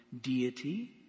deity